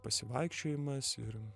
pasivaikščiojimas ir